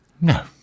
No